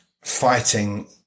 fighting